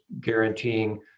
guaranteeing